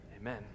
Amen